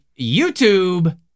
YouTube